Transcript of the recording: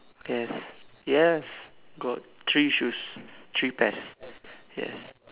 yes yes got three shoes three pairs yes